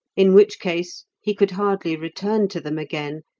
in which case he could hardly return to them again,